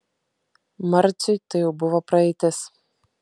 marciui tai jau buvo praeitis